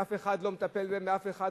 שאף אחד לא מטפל בהם, באף אחד.